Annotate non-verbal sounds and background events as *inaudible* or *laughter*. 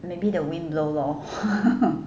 maybe the wind blow lor *laughs*